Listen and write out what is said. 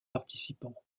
participants